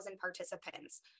participants